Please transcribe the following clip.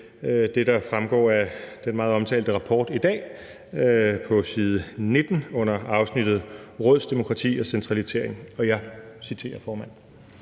det, der fremgår af den meget omtalte rapport i dag på side 19 under afsnittet »Rådsdemokrati og centralisering«, og jeg citerer: